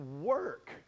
work